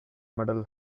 model